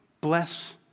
bless